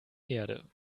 erde